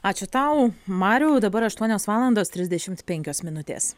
ačiū tau mariau dabar aštuonios valandos trisdešimt penkios minutės